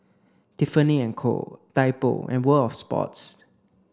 Tiffany and Co Typo and World Of Sports